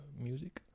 music